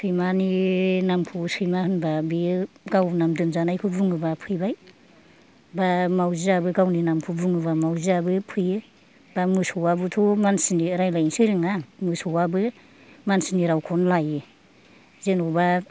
सैमानि नामखौबो सैमा होनबा बेयो गाव नाम दोनजानायखौ बुङोबा फैबाय बा मावजियाबो गावनि नामखौ बुङोबा मावजियाबो फैयो बा मोसौआबोथ' मानसिनि रायज्लायनोसो रोङा मोसौआबो मानसिनि रावखौनो लायो जेनबा